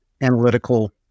analytical